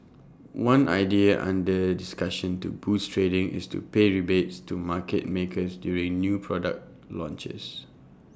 one idea under discussion to boost trading is to pay rebates to market makers during new product launches